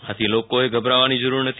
આથી લોકોએ ગભરાવાની જરૂર નથી